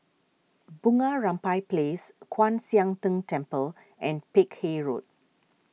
Bunga Rampai Place Kwan Siang Tng Temple and Peck Hay Road